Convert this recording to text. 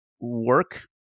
work